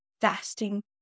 fasting